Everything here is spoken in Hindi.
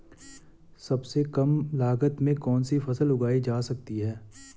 सबसे कम लागत में कौन सी फसल उगाई जा सकती है